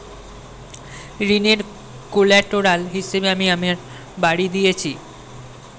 ঋনের কোল্যাটেরাল হিসেবে আমি আমার বাড়ি দিয়েছি